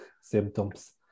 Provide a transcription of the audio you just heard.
symptoms